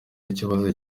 ikibazo